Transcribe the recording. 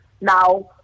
Now